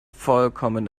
vollkommen